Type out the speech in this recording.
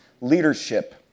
leadership